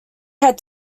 had